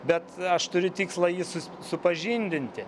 bet aš turiu tikslą jį sus supažindinti